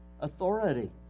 authority